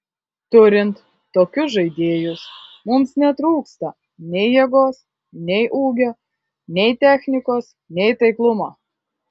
turint tokius žaidėjus mums netrūksta nei jėgos nei ūgio nei technikos nei taiklumo